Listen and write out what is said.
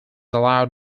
allowed